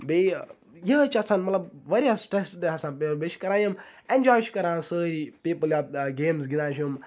بیٚیہِ یِہٕے چھِ آسان مطلب واریاہ سٹرٛٮ۪سٕڈ آسان بیٚیہِ بیٚیہِ چھِ کَران یِم اٮ۪نجاے چھِ کَران سٲری پیٖپٕل آف دَ گیمٕز گِنٛدان چھِ یِم